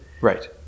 Right